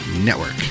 Network